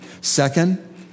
Second